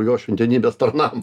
jo šventenybės tarnam